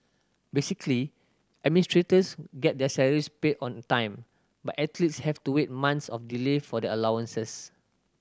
basically administrators get their salaries paid on time but athletes have to wait months of delay for their allowances